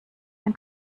man